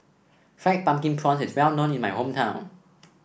Fried Pumpkin Prawns is well known in my hometown